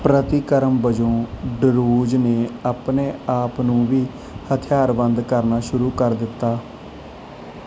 ਪ੍ਰਤੀਕਰਮ ਵਜੋਂ ਡਰੂਜ਼ ਨੇ ਆਪਣੇ ਆਪ ਨੂੰ ਵੀ ਹਥਿਆਰਬੰਦ ਕਰਨਾ ਸ਼ੁਰੂ ਕਰ ਦਿੱਤਾ